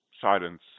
silence